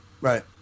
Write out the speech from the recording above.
right